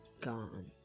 gone